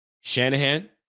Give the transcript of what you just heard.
Shanahan